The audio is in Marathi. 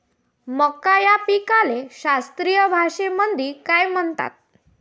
मका या पिकाले शास्त्रीय भाषेमंदी काय म्हणतात?